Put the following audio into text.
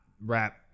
rap